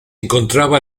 encontraba